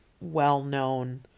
well-known